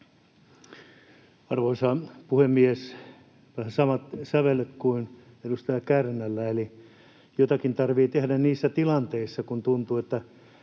Arvoisa puhemies! Vähän samat sävelet kuin edustaja Kärnällä. Eli jotakin tarvitsee tehdä niissä tilanteissa, joissa tuntuu, että